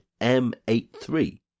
m83